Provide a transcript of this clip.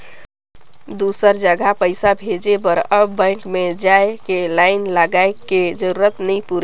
दुसर जघा पइसा भेजे बर अब बेंक में जाए के लाईन लगाए के जरूरत नइ पुरे